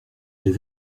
mais